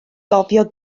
gofio